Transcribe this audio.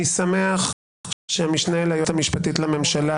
אני שמח שהמשנה ליועצת המשפטית לממשלה